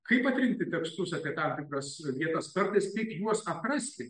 kaip atrinkti tekstus apie tam tikras vietas kartais kaip juos atrasti